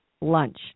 lunch